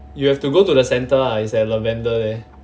you have to go to the centre ah it's at lavender there